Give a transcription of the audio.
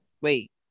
wait